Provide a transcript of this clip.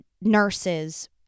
nurses